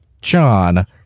John